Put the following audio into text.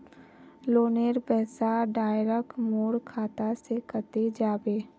लोनेर पैसा डायरक मोर खाता से कते जाबे?